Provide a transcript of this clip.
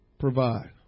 provide